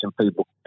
people